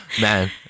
Man